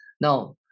Now